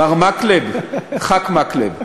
מר מקלב, חבר הכנסת מקלב,